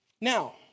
Now